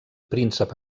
príncep